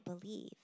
believe